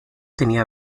tenía